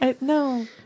No